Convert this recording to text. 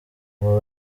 abo